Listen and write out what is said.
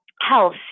health